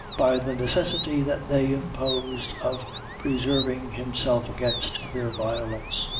by the necessity that they imposed of preserving himself against their violence.